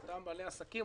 אותם בעלי עסקים,